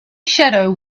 shadow